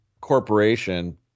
corporation